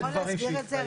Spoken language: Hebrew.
אתה יכול להסביר את זה?